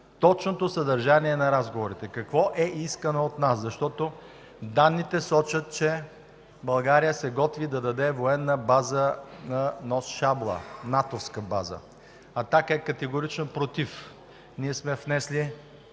точното съдържание на разговорите. Какво е искано от нас? Защото данните сочат, че България се готви да даде натовска военна база на нос Шабла. „Атака” е категорично против. Ние сме внесли